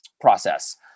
process